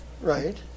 Right